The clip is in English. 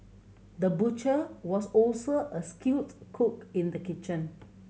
the butcher was also a skilled cook in the kitchen